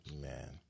man